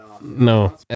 no